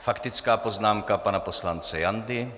Faktická poznámka pana poslance Jandy.